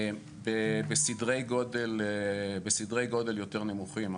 בסדרי גודל יותר נמוכים,